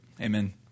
Amen